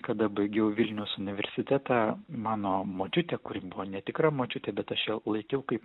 kada baigiau vilniaus universitetą mano močiutė kuri buvo netikra močiutė bet aš ją laikiau kaip